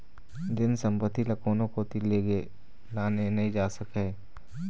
जेन संपत्ति ल कोनो कोती लेगे लाने नइ जा सकय